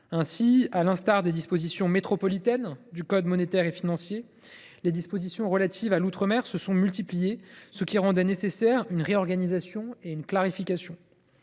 Ainsi, à l’instar des dispositions métropolitaines du code monétaire et financier, les mesures relatives à l’outre mer se sont multipliées, ce qui rendait nécessaires une réorganisation et une clarification.